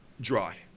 dry